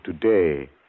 today